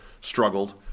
struggled